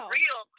real